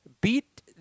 beat